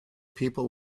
people